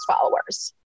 followers